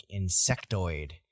insectoid